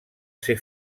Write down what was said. ser